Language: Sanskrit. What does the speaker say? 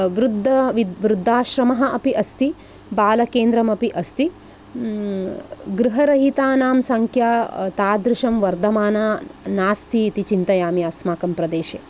वृद्ध विद् वृद्धाश्रमः अपि अस्ति बालकेन्द्रमपि अस्ति गृहरहितानां सङ्ख्या तादृशं वर्धमाना नास्ति इति चिन्तयामि अस्माकं प्रदेशे